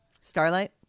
Starlight